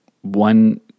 One